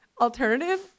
Alternative